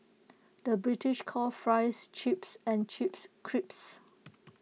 the British calls Fries Chips and Chips Crisps